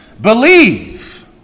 believe